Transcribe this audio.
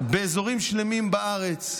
באזורים שלמים בארץ,